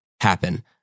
happen